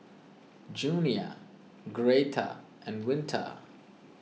Junia Greta and Winter